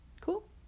Cool